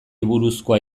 buruzkoa